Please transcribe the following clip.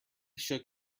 shook